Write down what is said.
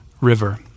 River